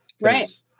Right